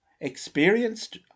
experienced